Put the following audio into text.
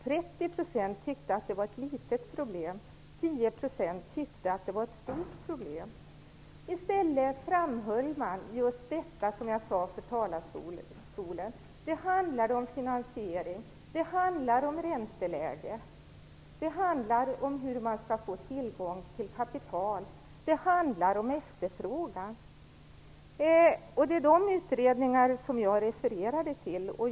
30 % tyckte att det var ett litet problem, och 10 % tyckte att det var ett stort problem. I stället framhöll man just det som jag sade i talarstolen, nämligen att det handlar om finansiering, ränteläge, hur man skall få tillgång till kapital och om efterfrågan. Det är dessa utredningar som jag refererade till.